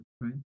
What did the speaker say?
right